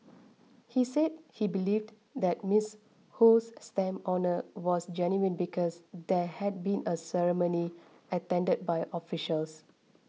he said he believed that Miss Ho's stamp honour was genuine because there had been a ceremony attended by officials